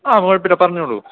ആ കുഴപ്പമില്ല പറഞ്ഞോളൂ